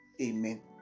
Amen